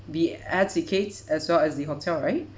the air tickets as well as the hotel right